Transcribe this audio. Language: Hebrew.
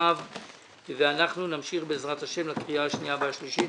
נספחיה ואנחנו נמשיך בעזרת השם לקריאה השנייה והשלישית.